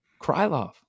Krylov